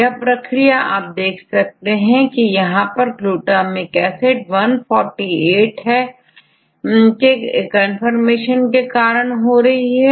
यह प्रक्रिया आप देख सकते हैं यहां पर ग्लूटामिक एसिड148मेंब्रेन के अंदर है यह ट्रांसपोर्ट को ब्लॉक करके रखता है